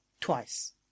Twice